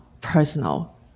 personal